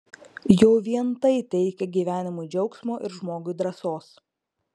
jau vien tai teikia gyvenimui džiaugsmo ir žmogui drąsos